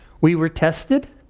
we were tested,